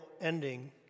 ending